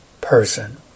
person